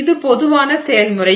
இது பொதுவான செயல்முறை